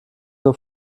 nur